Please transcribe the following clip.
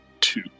two